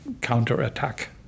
counterattack